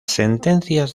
sentencias